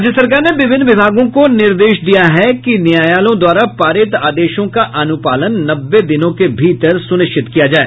राज्य सरकार ने विभिन्न विभागों को निर्देश दिया है कि न्यायालयों द्वारा पारित आदेशों का अनुपालन नब्बे दिनों के भीतर सुनिश्चित किया जाये